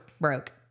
broke